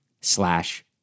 slash